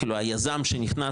כאילו היזם שנכנס,